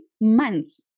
months